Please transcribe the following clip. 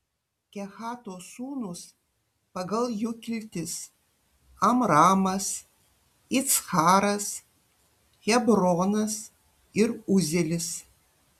kehato sūnūs pagal jų kiltis amramas iccharas hebronas ir uzielis